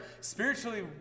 spiritually